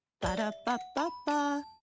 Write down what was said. Ba-da-ba-ba-ba